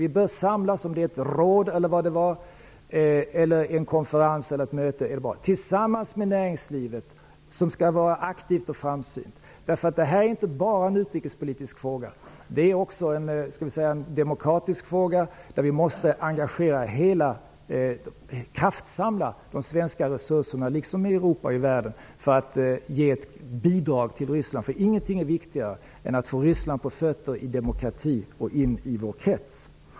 Vi bör samlas om detta i ett råd, en konferens eller ett möte tillsammans med näringslivet som skall vara aktivt och framsynt. Detta är nämligen inte bara en utrikespolitisk fråga, det är också en demokratisk fråga, där vi måste kraftsamla de svenska resurserna, liksom man bör göra i Europa och i världen, för att ge bidrag till Ryssland. Ingenting är viktigare än att få Ryssland på fötter i demokrati och in i vår krets.